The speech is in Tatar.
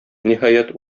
ниһаять